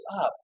up